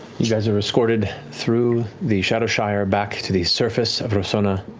you guys are escorted through the shadowshire back to the surface of rosohna.